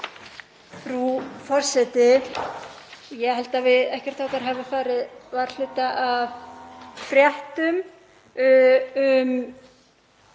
Frú forseti. Ég held að ekkert okkar hafi farið varhluta af fréttum um